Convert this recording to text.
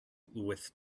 with